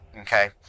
okay